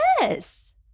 Yes